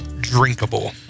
drinkable